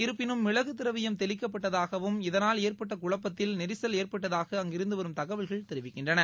இருப்பினும் மிளகு திரவியம் தெளிக்கப்பட்டதாகவும் இதனால் ஏற்பட்ட குழப்பத்தில் நெரிசல் ஏற்பட்டதாக அங்கிருந்து வரும் தகவல்கள் தெரிவிக்கின்றன